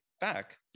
back